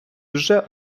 вже